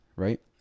right